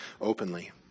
openly